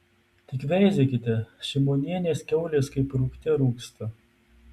tik veizėkite šimonienės kiaulės kaip rūgte rūgsta